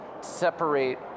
separate